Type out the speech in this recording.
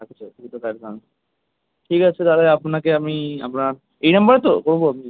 আচ্ছা কিছু টাকা অ্যাডভান্স ঠিক আছে তালে আপনাকে আমি আপনার এই নাম্বারে তো ওহ হো আপনি দিয়েছেন